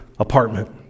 apartment